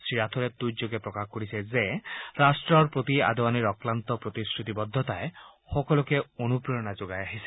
শ্ৰীৰাঠোৰে টুইটযোগে প্ৰকাশ কৰিছে যে ৰট্টৰ প্ৰতি আডৱানীৰ অক্লান্ত প্ৰতিশ্ৰুতি বদ্ধতাই সকলোকে অনুপ্ৰেৰণা যোগাই আহিছে